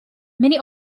many